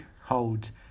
holds